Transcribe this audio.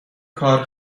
کار